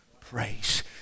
praise